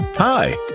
Hi